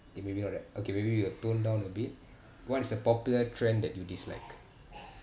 eh maybe not that okay maybe we will tone down a bit what is a popular trend that you dislike